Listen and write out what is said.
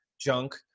junk